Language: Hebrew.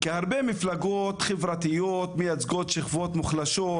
כי הרבה מפלגות חברתיות מייצגות שכבות מוחלשות,